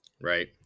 Right